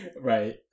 Right